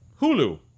Hulu